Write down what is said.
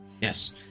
Yes